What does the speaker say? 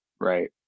right